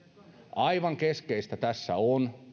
aivan keskeistä tässä on